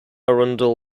arundel